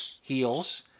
Heels